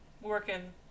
working